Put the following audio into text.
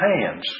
hands